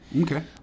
Okay